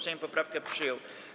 Sejm poprawkę przyjął.